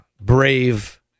brave